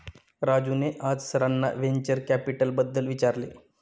राजूने आज सरांना व्हेंचर कॅपिटलबद्दल विचारले